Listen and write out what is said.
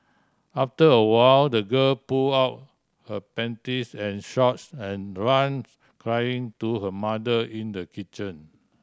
after a while the girl pull out her panties and shorts and ran crying to her mother in the kitchen